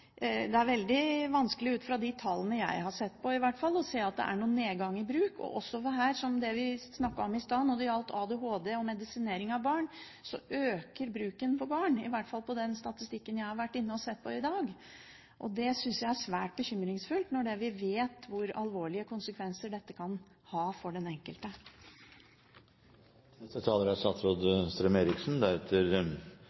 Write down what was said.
Det er veldig vanskelig, ut fra de tallene jeg har sett på i hvert fall, å se at det er noen nedgang i bruken. Som vi snakket om i sted når det gjelder ADHD og medisinering av barn, øker bruken hos barn, i hvert fall på den statistikken jeg har vært inne og sett på i dag. Det syns jeg er svært bekymringsfullt når vi vet hvor alvorlige konsekvenser dette kan ha for den enkelte. Interpellanten sier at dette ikke handler om rus, men i noen sammenhenger kan det få de samme konsekvensene. Mitt anliggende i dette er